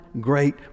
great